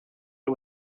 who